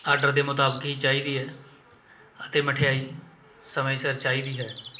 order ਦੇ ਮੁਤਾਬਿਕ ਹੀ ਚਾਹੀਦੀ ਹੈ ਅਤੇ ਮਠਿਆਈ ਸਮੇਂ ਸਿਰ ਚਾਹੀਦੀ ਹੈ